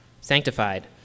sanctified